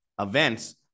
events